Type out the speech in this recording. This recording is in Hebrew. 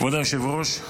כבוד היושב-ראש,